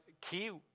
key